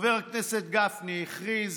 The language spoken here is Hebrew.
חבר הכנסת גפני הכריז